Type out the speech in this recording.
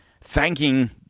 thanking